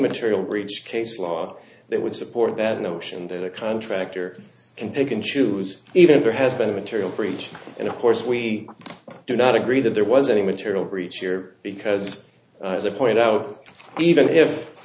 material breach case law that would support that notion that a contractor can pick and choose even if there has been a material breach and of course we do not agree that there was any material breach here because as i point out even if